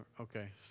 Okay